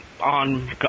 on